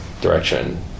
direction